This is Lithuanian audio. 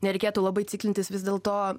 nereikėtų labai ciklintis vis dėlto